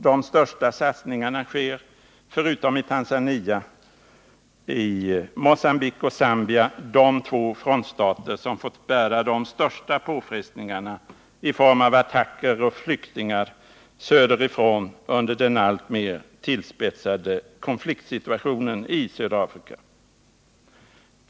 De största ökningarna sker, förutom i Tanzania, i Mogambique och Zambia, de två frontstater som fått bära de största påfrestningarna i form av attacker och flyktingar söderifrån under den alltmer tillspetsade konfliktsituationen i södra Afrika.